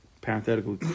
parenthetical